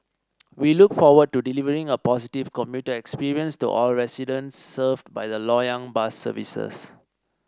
we look forward to delivering a positive commuter experience to all residents served by the Loyang bus services